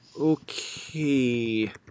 Okay